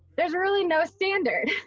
there's really no standard,